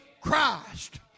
Christ